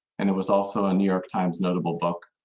and it was also a new york times notable book.